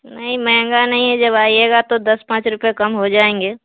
نہیں مہنگا نہیں ہے جب آئیے گا تو دس پانچ روپئے کم ہو جائیں گے